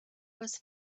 was